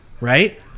right